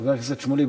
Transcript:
חבר הכנסת שמולי,